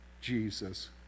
Jesus